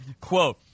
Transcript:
quote